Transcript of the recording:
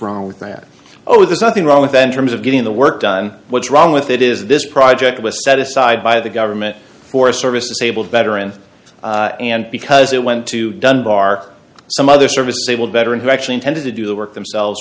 wrong with that oh there's nothing wrong with then terms of getting the work done what's wrong with it is this project was set aside by the government for service disabled veterans and because it went to dunbar some other service able veteran who actually intended to do the work themselves